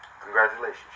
congratulations